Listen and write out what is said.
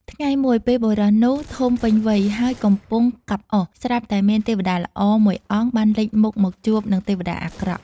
ថ្ងៃមួយ ពេលបុរសនោះធំពេញវ័យ ហើយកំពុងកាប់អុស ស្រាប់តែមាន ទេវតាល្អ មួយអង្គបានលេចមុខមកជួបនឹងទេវតាអាក្រក់។